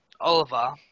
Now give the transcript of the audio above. Oliver